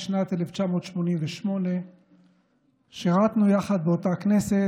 בשנת 1988. שירתנו יחד באותה כנסת.